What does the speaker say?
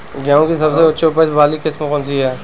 गेहूँ की सबसे उच्च उपज बाली किस्म कौनसी है?